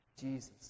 Jesus